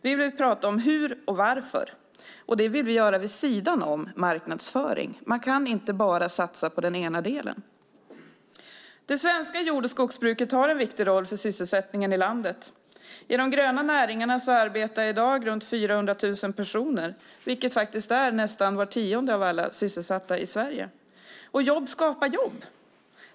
Vi vill prata om hur och varför, och det vill vi göra vid sidan om marknadsföring. Man kan inte bara satsa på den ena delen. Det svenska jord och skogsbruket har en viktig roll för sysselsättningen i landet. I de gröna näringarna arbetar i dag runt 400 000 personer, vilket faktiskt är nästan var tionde av alla sysselsatta i Sverige. Jobb skapar också jobb.